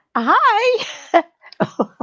Hi